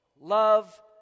Love